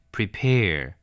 Prepare